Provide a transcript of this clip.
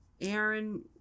Aaron